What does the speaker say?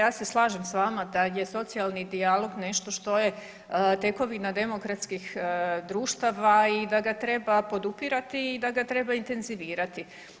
Ja se slažem s vama da je socijalni dijalog nešto što je tekovina demokratskih društava i da ga treba podupirati i da ga treba intenzivirati.